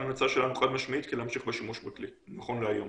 ההמלצה שלנו חד משמעית להמשיך בשימוש בכלי נכון להיום.